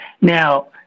Now